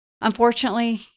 Unfortunately